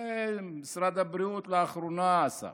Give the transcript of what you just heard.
את זה משרד הבריאות לאחרונה עשה,